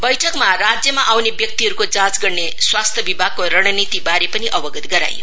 वैठकमा राज्यमा आउने व्यक्तिहरुको जाँच गर्ने स्वास्थ्य विभागको रणनीतिवारे अवगत गराइयो